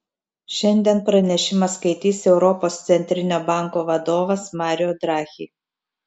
šiandien pranešimą skaitys europos centrinio banko vadovas mario draghi